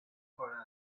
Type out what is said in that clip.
for